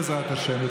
בעזרת השם,